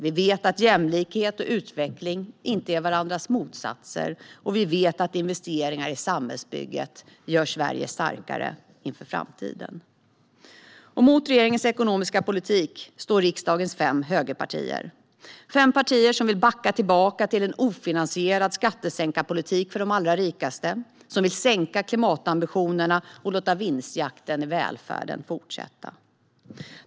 Vi vet att jämlikhet och utveckling inte är varandras motsatser, och vi vet att investeringar i samhällsbygget gör Sverige starkare inför framtiden. Mot regeringens ekonomiska politik står riksdagens fem högerpartier, fem partier som vill backa tillbaka till en ofinansierad skattesänkarpolitik för de allra rikaste, sänka klimatambitionerna och låta vinstjakten i välfärden fortsätta.